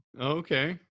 Okay